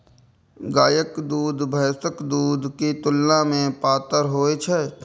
गायक दूध भैंसक दूध के तुलना मे पातर होइ छै